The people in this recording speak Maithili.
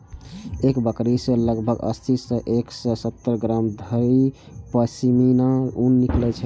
एक बकरी सं लगभग अस्सी सं एक सय सत्तर ग्राम धरि पश्मीना ऊन निकलै छै